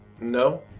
No